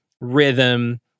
rhythm